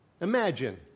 Imagine